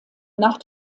nach